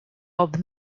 old